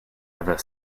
ever